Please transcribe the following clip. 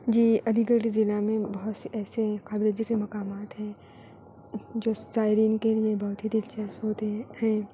جی Aligarh ضلع میں بہت سے ایسے قابل ذکر مقامات ہیں جو زائرین کے لیے بہت ہی دلچسپ ہوتے ہے ہیں